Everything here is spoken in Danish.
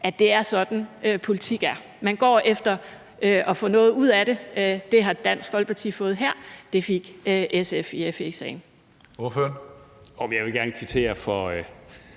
at det er sådan, politik er? Man går efter at få noget ud af det. Det har Dansk Folkeparti fået her. Det fik SF i FE-sagen.